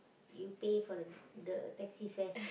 you pay for the the taxi fare